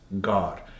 God